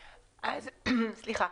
בבקשה.